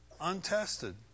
untested